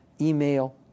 email